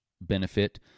benefit